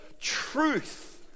truth